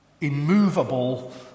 immovable